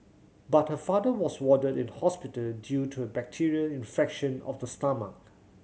but her father was warded in hospital due to a bacterial infection of the stomach